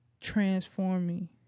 transforming